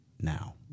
now